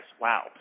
wow